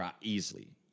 easily